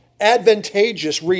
advantageous